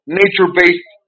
nature-based